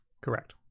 Correct